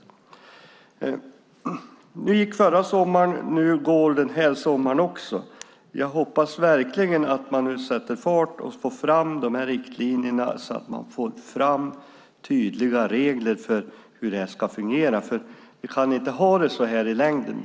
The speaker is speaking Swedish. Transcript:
Förra sommaren gick och nu kommer också den här sommaren att gå. Jag hoppas verkligen att man nu sätter fart med att ta fram de här riktlinjerna så att vi får tydliga regler för hur det här ska fungera, för vi kan inte ha det så här i längden.